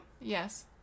Yes